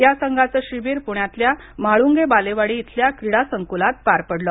या संघाचे शिबिर प्ण्यातल्या म्हाळूंगे बालेवाडी इथल्या क्रीडा संकूलात पार पडलं